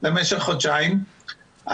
למשך חודשיים,